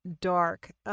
dark